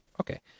Okay